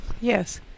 Yes